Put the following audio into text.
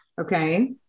okay